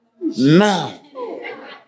now